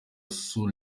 sous